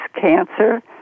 cancer